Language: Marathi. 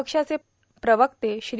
पक्षाचे प्रवक्ते श्री